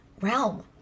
realm